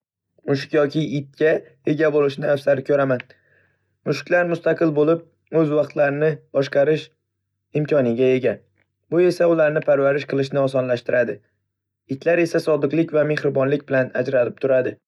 Mushuk yoki itga ega bo'lishni afzal ko'raman. Mushuklar mustaqil bo'lib, o'z vaqtlarini boshqarish imkoniga ega, bu esa ularni parvarish qilishni osonlashtiradi. Itlar esa sodiqlik va mehribonlik bilan ajralib turadi.